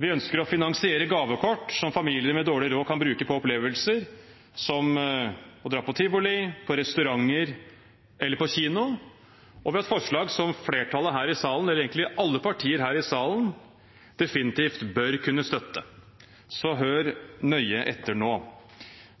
Vi ønsker å finansiere gavekort som familier med dårlig råd kan bruke på opplevelser, som å dra på tivoli, på restauranter eller på kino. Vi har et forslag som flertallet her i salen, eller egentlig alle partier her i salen, definitivt bør kunne støtte, så hør nøye etter nå.